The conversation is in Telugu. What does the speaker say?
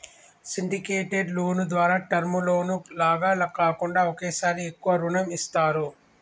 సిండికేటెడ్ లోను ద్వారా టర్మ్ లోను లాగా కాకుండా ఒకేసారి ఎక్కువ రుణం ఇస్తారు